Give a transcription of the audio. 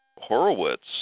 Horowitz